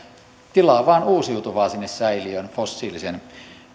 tilaa vaan uusiutuvaa sinne säilöön fossiilisen